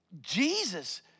Jesus